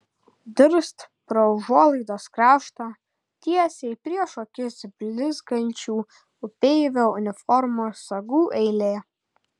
dirst pro užuolaidos kraštą tiesiai prieš akis blizgančių upeivio uniformos sagų eilė